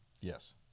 Yes